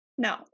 no